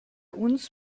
uns